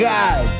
God